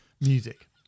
music